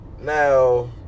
Now